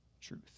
truth